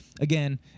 Again